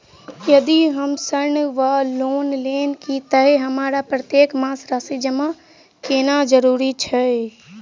यदि हम ऋण वा लोन लेने छी तऽ हमरा प्रत्येक मास राशि जमा केनैय जरूरी छै?